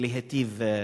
ולהיטיב להם.